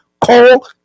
call